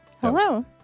Hello